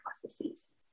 processes